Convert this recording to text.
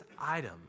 item